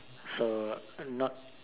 so not